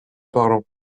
parlant